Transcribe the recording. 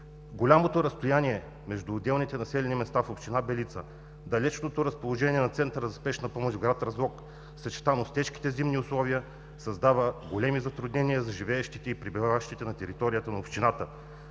Голямото разстояние между отделните населени места в община Белица, далечното разположение на Центъра за спешна помощ в град Разлог, съчетано с тежките зимни условия, създава големи затруднения за живеещите и пребиваващите на територията на общината.